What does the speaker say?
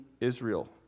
Israel